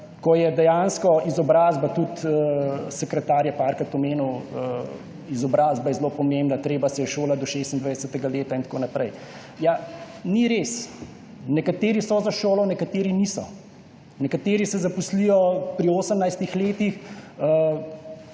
ko je dejansko izobrazba, tudi sekretar je nekajkrat omenil, izobrazba je zelo pomembna, treba se je šolati do 26. leta in tako naprej. Ni res. Nekateri so za šolo, nekateri niso. Nekdo se zaposli pri 18 letih,